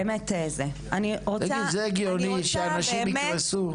תגיד זה הגיוני שאנשים יקרסו?